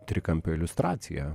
trikampio iliustracija